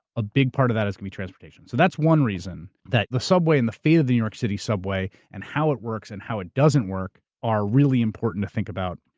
a big part of that is going to be transportation. so that's one reason that the subway and the fate of the new york city subway and how it works and how it doesn't work are really important to think about.